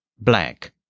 Black